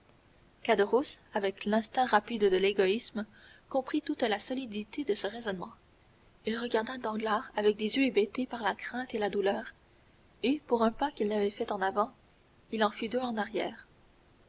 avec l'instinct rapide de l'égoïsme comprit toute la solidité de ce raisonnement il regarda danglars avec des yeux hébétés par la crainte et la douleur et pour un pas qu'il avait fait en avant il en fit deux en arrière